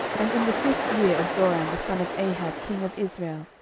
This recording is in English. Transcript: and in the fifth year of joram the son of ahab king of israel,